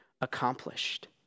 accomplished